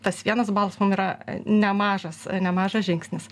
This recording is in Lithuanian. tas vienas balsas mum yra nemažas nemažas žingsnis